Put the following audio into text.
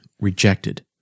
rejected